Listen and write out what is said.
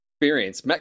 experience